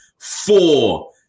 Four